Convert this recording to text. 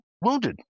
wounded